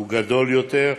הוא גדול יותר,